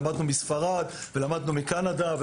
למדנו מספרד ומקנדה.